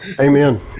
amen